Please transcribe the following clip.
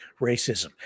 racism